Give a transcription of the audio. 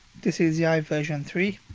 this is yive version three.